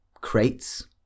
crates